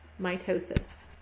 mitosis